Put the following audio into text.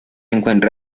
encuentra